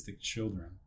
children